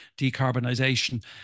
decarbonisation